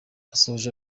asoje